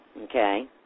Okay